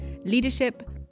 leadership